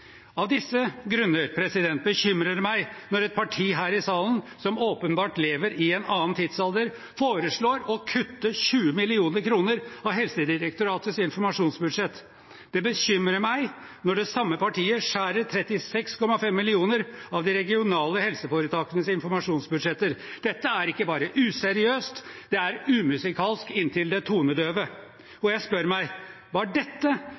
Av disse grunner bekymrer det meg når et parti her i salen, som åpenbart lever i en annen tidsalder, foreslår å kutte i Helsedirektoratets informasjonsbudsjett med 20 mill. kr. Det bekymrer meg når det samme partiet skjærer 36,5 mill. kr av de regionale helseforetakenes informasjonsbudsjetter. Dette er ikke bare useriøst; det er umusikalsk inntil det tonedøve. Jeg spør meg: Var dette